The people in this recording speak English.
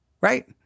right